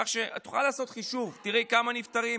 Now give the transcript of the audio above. כך שאת יכולה לעשות חישוב, תראי כמה נפטרים